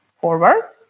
forward